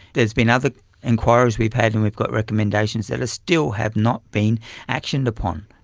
there's been other enquiries we've had and we've got recommendations that still have not been actioned upon.